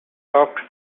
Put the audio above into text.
soft